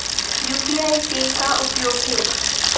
UPI के का उपयोग हे?